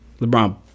LeBron